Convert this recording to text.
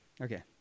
Okay